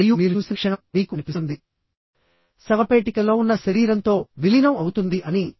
మరియు మీరు చూసిన క్షణం మీకు అనిపిస్తుంది శవపేటికలో ఉన్న శరీరంతో విలీనం అవుతుంది అని